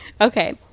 Okay